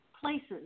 places